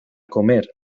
comer